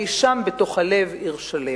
אי-שם בתוך הלב עיר שלום".